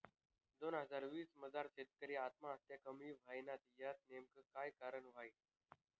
दोन हजार वीस मजार शेतकरी आत्महत्या कमी व्हयन्यात, यानं नेमकं काय कारण व्हयी?